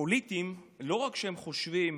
הפוליטיים לא חושבים